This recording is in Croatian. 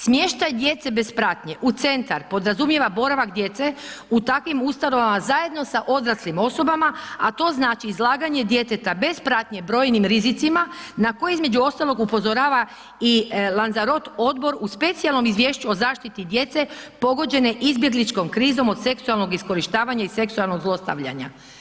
Smještaj djece bez pratnje u centar podrazumijeva boravak djece u takvim ustanovama zajedno sa odraslim osobama, a to znači izlaganje djeteta bez pratnje brojnim rizicima na koje između ostalog upozorava i Lanzarot odbor u specijalnom izvješću o zaštiti djece pogođene izbjegličkom krizom od seksualnog iskorištavanja i seksualnog zlostavljanja.